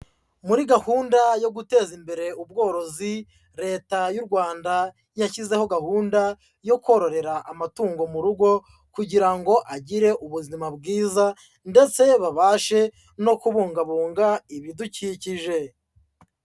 Muri gahunda yo guteza imbere ubworozi leta y'u Rwanda yashyizeho gahunda yo kororera amatungo mu rugo kugira ngo agire ubuzima bwiza ndetse babashe no kubungabunga ibidukikije.